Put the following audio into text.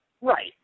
Right